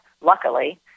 luckily